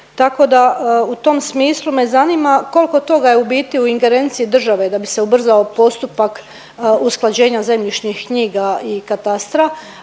Tako da u tom smislu me zanima koliko toga je u biti u ingerenciji države da bi se ubrzao postupak usklađenja zemljišnih knjiga i katastra